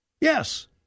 Yes